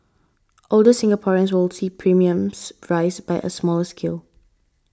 older Singaporeans will see premiums rise by a smaller scale